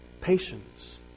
Patience